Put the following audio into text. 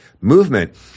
movement